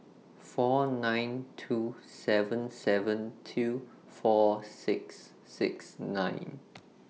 four nine two seven seven two four six six nine